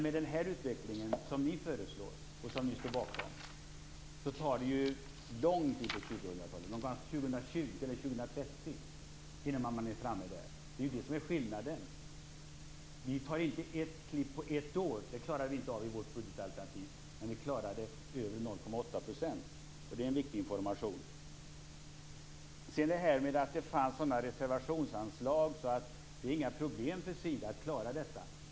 Med den utveckling som ni föreslår och står bakom dröjer det tills långt in på 2000-talet, kanske 2020 eller 2030, innan man är framme där. Det är det som är skillnaden. Men vi klarar det över 0,8 %, och det är en viktig information. Sedan säger Helena Nilsson att det fanns sådana reservationsanslag att det inte var några problem för Sida att klara detta.